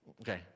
okay